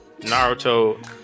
Naruto